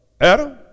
Adam